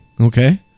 okay